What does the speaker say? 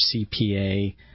CPA